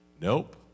nope